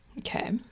Okay